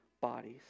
bodies